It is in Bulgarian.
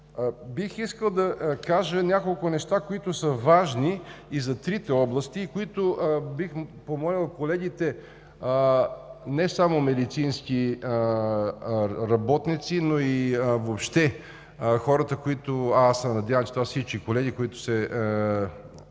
Бих искал да кажа няколко неща, които са важни и за трите области. Бих помолил колегите не само медицински работници, но и въобще хората, а аз се надявам, че това са всички колеги, които са